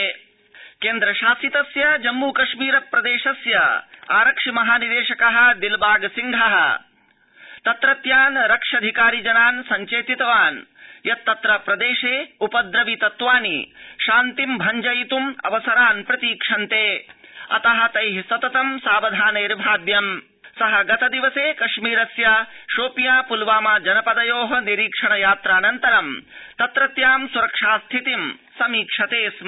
जम्मूकश्मीरारक्षिमहानिदेश सुरक्षोपवेशनम् केन्द्र शासितस्य जम्मूकश्मीर प्रदेशस्य आरक्षि महानिदेशक दिलबाग सिंह तत्रत्यान् रक्ष्यधिकारि जनान् संचेतितवान् यत्तत्र प्रदेशे उपद्रवि तत्त्वानि शान्ति भव्जयित्म् अवसरान् प्रतीक्षन्ते अत त सतत सावधान आव्यम् स गतदिवसे कश्मीरस्य शोपियां प्लवामा जनपदयो निरीक्षण यात्रा क्रमे तत्रत्यां सुरक्षा स्थितिं समीक्षते स्म